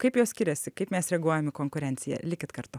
kaip jos skiriasi kaip mes reaguojam į konkurenciją likit kartu